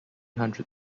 hundred